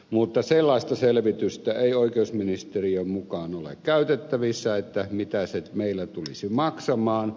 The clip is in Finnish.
mutta sellaista selvitystä ei oikeusministeriön mukaan ole käytettävissä mitä se meillä tulisi maksamaan